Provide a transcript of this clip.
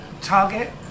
Target